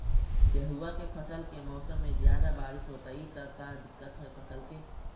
गेहुआ के फसल के मौसम में ज्यादा बारिश होतई त का दिक्कत हैं फसल के?